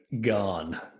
gone